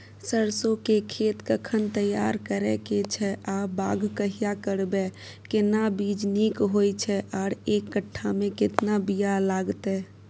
सरसो के खेत कखन तैयार करै के छै आ बाग कहिया करबै, केना बीज नीक होय छै आर एक कट्ठा मे केतना बीया लागतै?